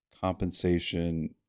compensation